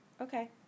Okay